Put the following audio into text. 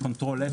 יש CTLR- --,